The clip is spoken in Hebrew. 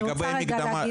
אני רוצה להגיד משהו.